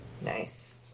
Nice